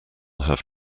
have